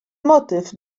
motyw